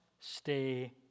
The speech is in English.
stay